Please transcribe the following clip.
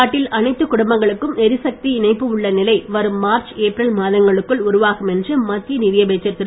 நாட்டில் அனைத்து குடும்பங்களுக்கும் எரிசக்தி இணைப்பு உள்ள நிலை வரும் மார்ச் ஏப்ரல் மாதங்களுக்குள் உருவாகும் என்று மத்திய நிதி அமைச்சர் திரு